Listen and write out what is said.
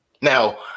Now